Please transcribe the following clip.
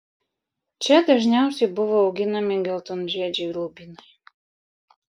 čia dažniausiai buvo auginami geltonžiedžiai lubinai